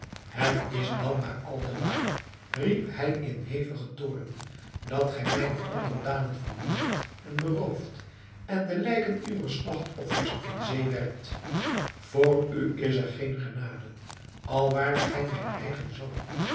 het is dan maar al te waar riep hij in hevigen toorn dat gij mijne onderdanen vermoordt en berooft en de lijken uwer slagtoffers in zee werpt voor u is geen genade al waart gij mijn eigen zoon